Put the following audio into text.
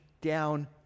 down